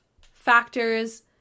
factors